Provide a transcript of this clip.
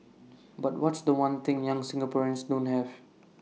but what's The One thing young Singaporeans don't have